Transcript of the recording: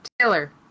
Taylor